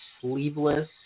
sleeveless